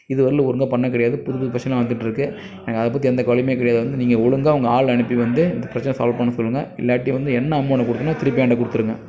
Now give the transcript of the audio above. இதுவரையிலும் ஒழுங்காக பண்ண கிடையாது புது புது பிரச்சனை வந்திட்டுருக்கு எனக்கு அதை பற்றி எந்த கவலையும் கிடையாது நீங்கள் வந்து ஒழுங்காக ஆள் அனுப்பி வந்து பிரச்சனை சால்வ் பண்ண சொல்லுங்கள் இல்லாட்டி வந்து என்ன அமௌண்ட் குடுத்தேனோ திருப்பி என்ட்ட கொடுத்துருங்க